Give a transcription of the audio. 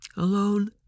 Alone